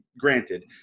granted